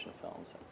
films